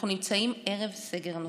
אנחנו נמצאים ערב סגר נוסף.